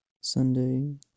Sunday